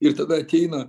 ir tada ateina